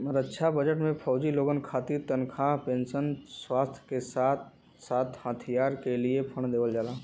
रक्षा budget में फौजी लोगन खातिर तनखा पेंशन, स्वास्थ के साथ साथ हथियार क लिए फण्ड देवल जाला